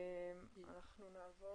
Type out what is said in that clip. אנחנו נעבור